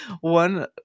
one